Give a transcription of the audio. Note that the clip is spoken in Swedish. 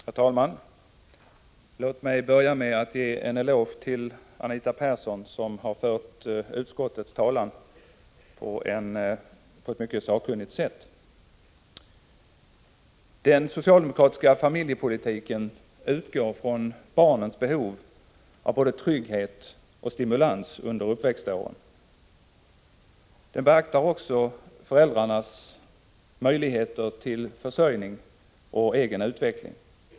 Herr talman! Låt mig börja med att ge en eloge till Anita Persson, som har fört utskottets talan på ett mycket sakkunnigt sätt. Den socialdemokratiska familjepolitiken utgår från barnens behov av både trygghet och stimulans under uppväxtåren. Den beaktar också föräldrarnas möjligheter till försörjning och egen utveckling.